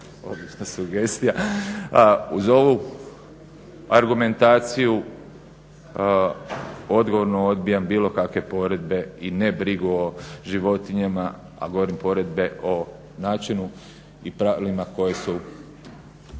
uz ovu argumentaciju odgovorno odbijam bilo kakve poredbe i nebrigu o životinjama, a govorim poredbe o načinu i pravilima koji su